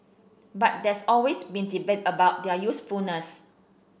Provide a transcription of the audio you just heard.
but there's always been debate about their usefulness